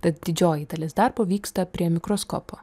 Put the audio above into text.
tad didžioji dalis darbo vyksta prie mikroskopo